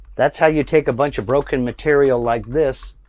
that's how you take a bunch of broken material like this.